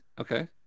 Okay